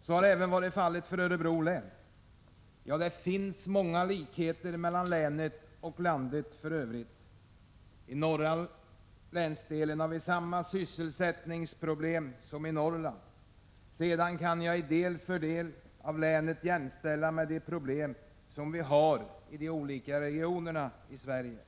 Så har även varit fallet för Örebro län. Ja, det finns många likheter mellan länet och landet för övrigt. I norra länsdelen har vi samma sysselsättningsproblem som i Norrland. Sedan kan jag i del för del av länet jämställa de problem som vi har i de olika regionerna i Sverige.